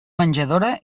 menjadora